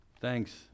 Thanks